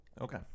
Okay